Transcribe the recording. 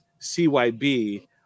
CYB